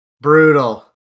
brutal